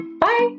Bye